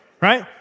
Right